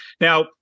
Now